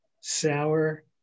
sour